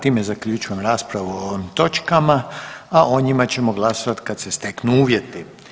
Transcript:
Time zaključujem raspravu o ovim točkama, a o njima ćemo glasovat kad se steknu uvjeti.